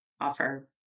offer